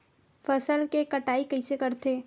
फसल के कटाई कइसे करथे?